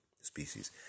species